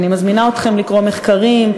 אני מזמינה אתכם לקרוא מחקרים,